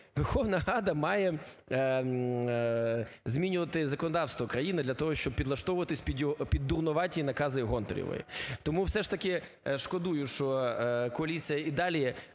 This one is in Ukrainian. Верховна Рада має змінювати законодавство країни, для того щоб підлаштовуватися під дурнуваті накази Гонтаревої. Тому все ж таки шкодую, що коаліція і далі